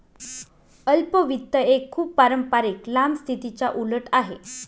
अल्प वित्त एक खूप पारंपारिक लांब स्थितीच्या उलट आहे